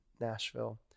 Nashville